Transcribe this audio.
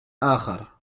آخر